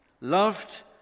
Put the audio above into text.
loved